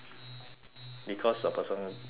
because the person keep scolding me